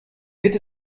wird